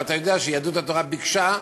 ואתה יודע שיהדות התורה ביקשה,